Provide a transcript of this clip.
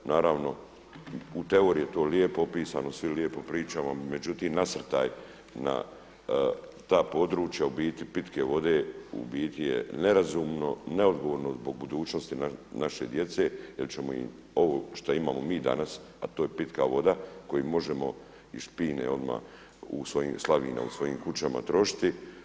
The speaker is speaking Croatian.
Naravno u teoriji je to lijepo pisano, svi lijepo pričamo međutim nasrtaj na ta područja u biti pitke vode u biti je nerazumno, neodgovorno zbog budućnosti naše djece jer ćemo im ovo što imamo mi danas, a to je pitka voda koju možemo iz špine odmah u svojim, slavine u svojim kućama trošiti.